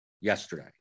yesterday